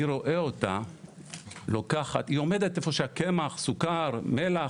היא עומדת איפה שהקמח, סוכר, מלח,